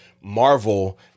Marvel